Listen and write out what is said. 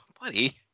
Buddy